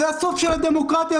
זה הסוף של הדמוקרטיה.